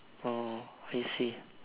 orh I see